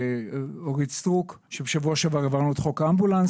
לחברת הכנסת אורית סטרוק שבשבוע שעבר העברנו את חוק האמבולנס